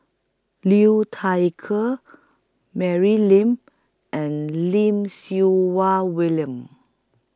Liu Thai Ker Mary Lim and Lim Siew Wah William